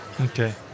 okay